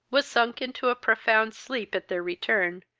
was sunk into a profound sleep at their return,